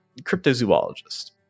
cryptozoologist